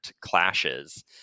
clashes